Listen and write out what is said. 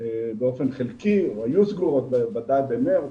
באופן חלקי או היו סגורות בוודאי במארס,